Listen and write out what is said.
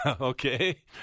Okay